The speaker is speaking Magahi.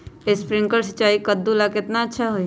स्प्रिंकलर सिंचाई कददु ला केतना अच्छा होई?